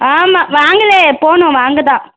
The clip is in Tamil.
ஆமாம் வாங்கலயே போகணும் வாங்க தான்